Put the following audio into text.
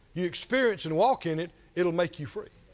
you experience and walk in it, it will make you free.